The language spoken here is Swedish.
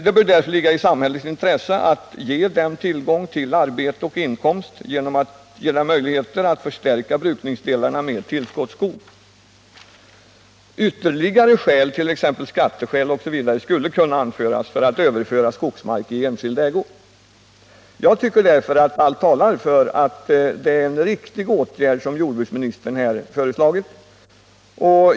Det bör därför ligga i samhällets intresse att ge dem tillgång till arbete och inkomst genom att ge dem möjligheter att förstärka brukningsdelarna med tillskottsskog. Ytterligare skäl, t.ex. skatteskäl, skulle kunna anföras för att överföra skogsmark i enskild ägo. Jag tycker att allt talar för att det är en riktig åtgärd som jordbruksministern här har föreslagit.